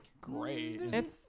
great